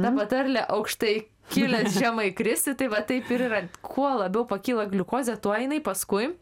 ta patarlė aukštai kilęs žemai krisi tai va taip ir yra kuo labiau pakyla gliukozė tuo jinai paskui